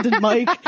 Mike